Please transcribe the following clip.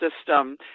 system